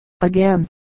Again